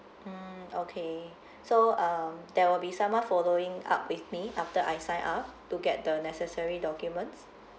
mm okay so um there will be someone following up with me after I sign up to get the necessary documents